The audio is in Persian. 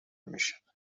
میشد